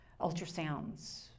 ultrasounds